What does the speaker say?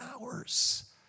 hours